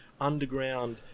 underground